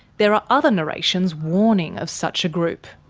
there are other narrations warning of such a group.